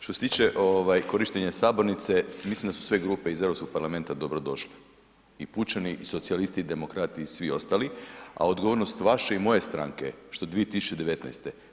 Što se tiče ovaj korištenja sabornice, mislim da su sve grupe iz Europskog parlamenta dobro došle i pučani i socijalisti i demokrati i svi ostali, a odgovornost vaše i moje stranke je što 2019.